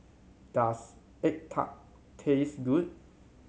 does egg tart taste good